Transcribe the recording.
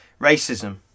racism